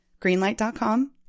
Greenlight.com